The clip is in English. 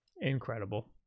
Incredible